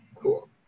cool